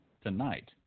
Tonight